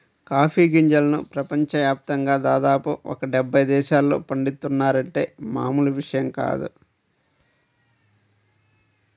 coffee గింజలను ప్రపంచ యాప్తంగా దాదాపు ఒక డెబ్బై దేశాల్లో పండిత్తున్నారంటే మామూలు విషయం కాదు